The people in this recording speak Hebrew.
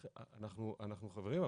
חברים,